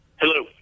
Hello